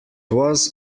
was